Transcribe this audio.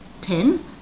ten